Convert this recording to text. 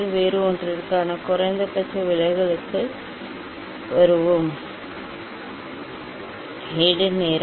வேறு ஒன்றிற்கான குறைந்தபட்ச விலகலுக்கு வருவோம்